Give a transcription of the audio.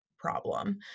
problem